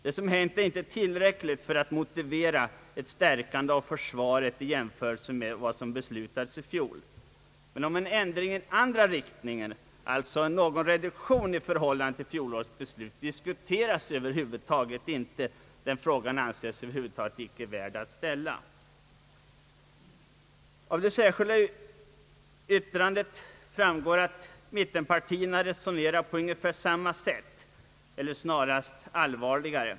Det som hänt är inte tillräckligt för att motivera ett stärkande av försvaret i jämförelse med vad som beslutades i fjol. En ändring i andra riktningen, alltså en försvarsreduktion i förhållande till förra årets beslut, diskuteras över huvud taget inte. Den frågan anser man sig tydligen inte ha någon anledning att ställa. Av det särskilda yttrandet framgår att mittenpartierna resonerat på ungefär samma sätt, eller snarast allvarligare.